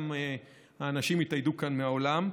גם האנשים התאיידו כאן מהאולם?